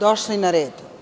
došli na red.